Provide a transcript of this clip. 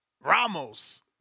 Ramos